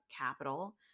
capital